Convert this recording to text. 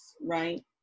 right